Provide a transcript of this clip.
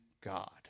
God